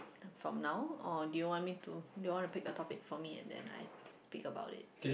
from now or do you want me to do you want to pick a topic for me then I speak about it